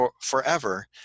forever